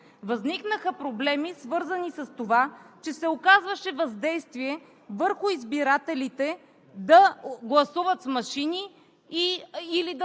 Възникнаха проблеми, свързани с това, че се оказваше въздействие върху избирателите да гласуват с машини или да не